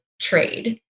trade